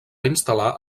instal·lar